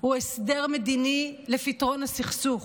הוא הסדר מדיני לפתרון הסכסוך.